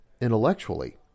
intellectually